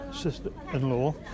sister-in-law